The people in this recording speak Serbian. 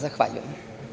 Zahvaljujem.